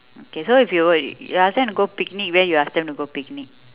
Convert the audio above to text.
okay so if you we~ you ask them to go picnic where you ask them to go picnic